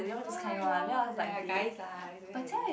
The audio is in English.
oh my god (aiya) guys lah it's okay it's okay